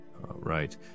right